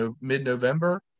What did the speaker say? mid-November